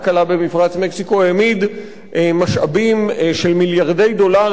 העמיד משאבים של מיליארדי דולרים ויכולות